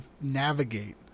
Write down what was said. navigate